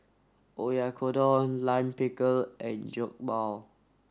Oyakodon Lime Pickle and Jokbal